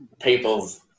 people's